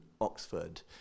Oxford